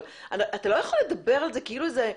אבל אתה לא יכול לדבר על זה כאילו זה,